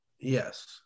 yes